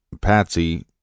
Patsy